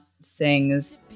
sings